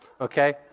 Okay